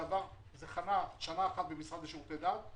אז התקציב היה 8.7 מיליון שקל,